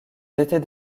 étaient